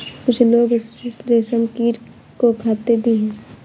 कुछ लोग रेशमकीट को खाते भी हैं